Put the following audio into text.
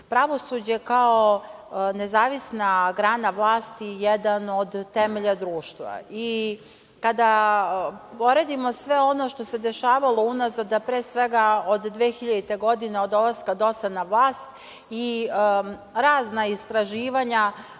pravosuđe kao nezavisna grana vlasti, jedan od temelja društva. Kada poredimo sve ono što se dešavalo unazad, pre svega, od 2000. godine, od dolaska DOS-a na vlast i razna istraživanja